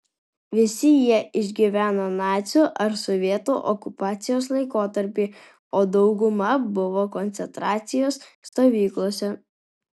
visi jie išgyveno nacių ar sovietų okupacijos laikotarpį o dauguma buvo koncentracijos stovyklose